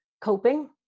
coping